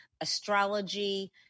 astrology